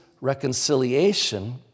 reconciliation